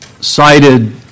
cited